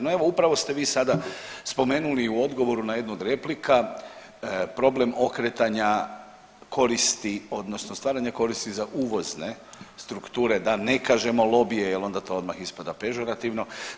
No, upravo ste vi sada spomenuli u odgovoru na jednu od replika problem okretanja koristi odnosno stvaranja koristi za uvozne strukture, da ne kažemo lobije jer onda to odmah ispada pežorativno.